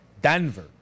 Denver